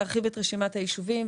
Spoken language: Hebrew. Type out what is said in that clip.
להרחיב את רשימת היישובים.